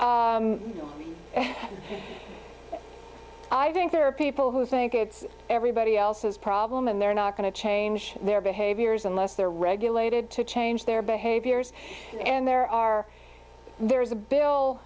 no i think there are people who think it's everybody else's problem and they're not going to change their behaviors unless they're regulated to change their behaviors and there are there is a bill